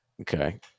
Okay